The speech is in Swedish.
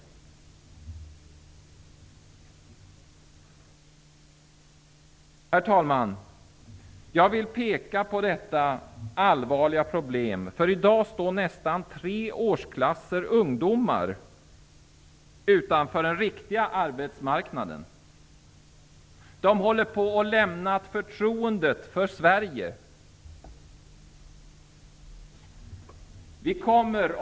Jag vill peka på detta allvarliga problem, att nästan tre årsklasser ungdomar i dag står utanför den riktiga arbetsmarknaden. De är på väg att lämna förtroendet för Sverige.